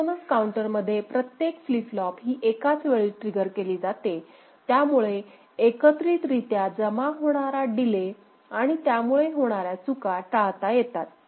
synchronous counter मध्ये प्रत्येक flop ही एकाच वेळी ट्रिगर केली जाते त्यामुळे एकत्रितरीत्या जमा होणारा डीले आणि त्यामुळे होणाऱ्या चुका टाळता येतात